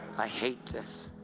i hated this.